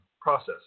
process